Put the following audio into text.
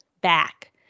back